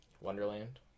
Wonderland